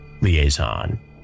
liaison